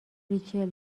ریچل